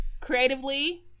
creatively